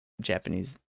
Japanese